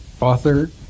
author